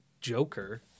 Joker